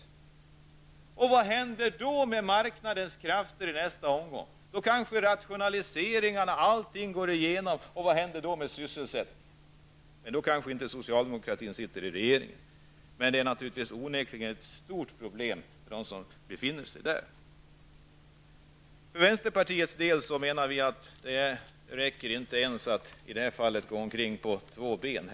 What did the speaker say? Vad händer med marknadens krafter i nästa omgång? Rationaliseringar och annat kanske går igenom. Vad händer då med sysselsättningen? Då kanske socialdemokraterna inte sitter i regeringen, men det är onekligen ett stort problem för dem som befinner sig där. Vi i vänsterpartiet menar att det i detta fall inte ens räcker med att gå omkring på två ben.